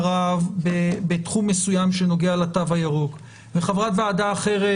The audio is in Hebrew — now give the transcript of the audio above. רב בתחום מסוים שנוגע לתו הירוק וחברת ועדה אחרת,